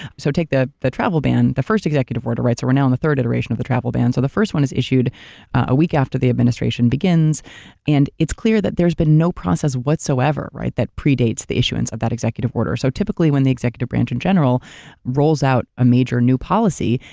so take the the travel ban, the first executive order, so we're now in the third iteration of the travel ban. so the first one is issued a week after the administration begins and it's clear that there's been no process whatsoever that predates the issuants of that executive order. so typically when the executive branch in general rolls out a major new policy,